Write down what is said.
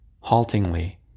haltingly